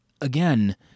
again